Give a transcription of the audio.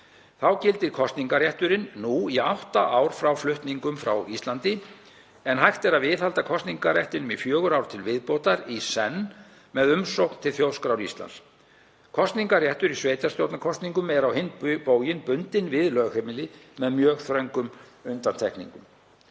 Þá gildir kosningarrétturinn nú í átta ár frá flutningum frá Íslandi en hægt er að viðhalda kosningarréttinum í fjögur ár til viðbótar í senn með umsókn til Þjóðskrár Íslands. Kosningarréttur í sveitarstjórnarkosningum er á hinn bóginn bundinn við lögheimili með mjög þröngum undantekningum.